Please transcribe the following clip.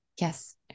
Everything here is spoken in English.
Yes